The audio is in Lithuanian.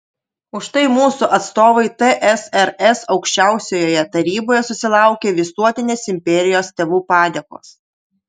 už tai mūsų atstovai tsrs aukščiausiojoje taryboje susilaukė visuotinės imperijos tėvų padėkos